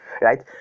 right